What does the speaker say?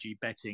betting